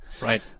Right